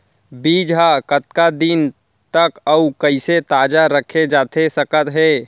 बीज ह कतका दिन तक अऊ कइसे ताजा रखे जाथे सकत हे?